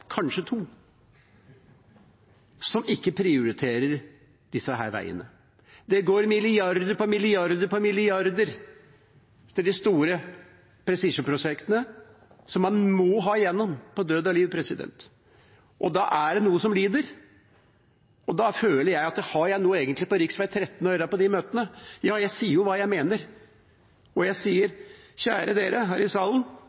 kanskje to, som ikke prioriterer disse veiene som det går milliarder på milliarder på milliarder til – de store prestisjeprosjektene som man på død og liv må ha igjennom. Da er det noe som lider, og da føler jeg: Har jeg egentlig noe på møtene om rv. 13 å gjøre? Ja, jeg sier jo hva jeg mener, og jeg sier: Kjære dere her i salen,